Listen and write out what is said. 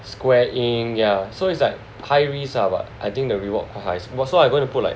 Square Inc yeah so it's like high risk lah but I think the reward quite high so I'm going to put like